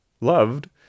loved